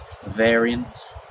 variance